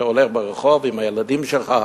אתה הולך ברחוב עם הילדים שלך,